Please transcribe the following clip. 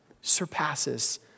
surpasses